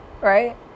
right